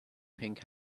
pink